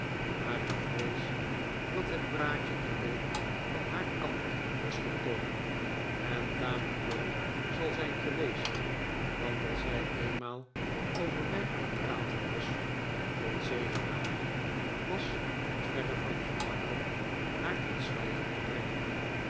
maar ik vrees dat het praatje alleen van haar kant was gekomen en tamelijk lang zal zijn geweest want als zij eenmaal over mij aan het praten was god zegene haar was het verre van gemakkelijk haar tot zwijgen te brengen